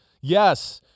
yes